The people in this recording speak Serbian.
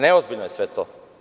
Neozbiljno je sve to.